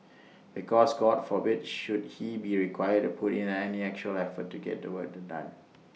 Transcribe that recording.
because God forbid should he be required to put in any actual effort to get the work to done